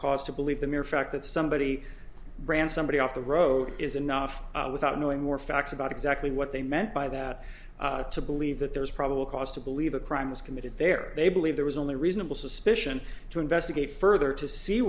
cause to believe the mere fact that somebody brand somebody off the road is enough without knowing more facts about exactly what they meant by that to believe that there is probable cause to believe a crime was committed there they believe there was only reasonable suspicion to investigate further to see